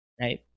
Right